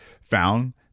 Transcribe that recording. found